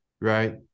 right